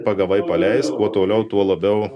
pagavai paleisk kuo toliau tuo labiau